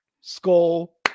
skull